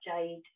Jade